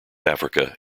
africa